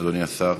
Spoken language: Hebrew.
אדוני השר.